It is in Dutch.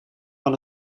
van